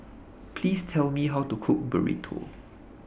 Please Tell Me How to Cook Burrito